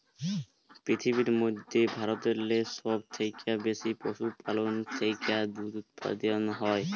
পিরথিবীর মইধ্যে ভারতেল্লে ছব থ্যাইকে বেশি পশুপাললের থ্যাইকে দুহুদ উৎপাদল হ্যয়